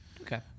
okay